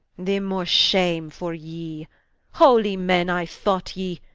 the more shame for ye holy men i thought ye,